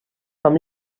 com